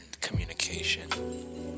Communication